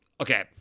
Okay